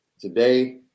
Today